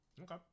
Okay